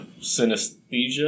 synesthesia